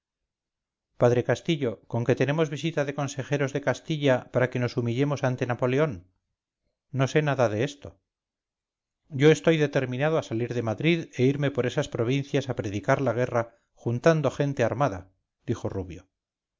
padre castillo conque tenemos visita de consejeros de castilla para que nos humillemos ante napoleón no sé nada de esto yo estoy determinado a salir de madrid e irme por esas provincias a predicar la guerra juntando gente armada dijo rubio